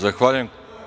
Zahvaljujem.